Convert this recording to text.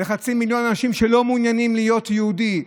לחצי מיליון אנשים שלא מעוניינים להיות יהודים,